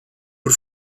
por